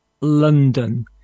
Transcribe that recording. London